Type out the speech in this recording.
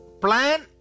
Plan